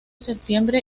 septiembre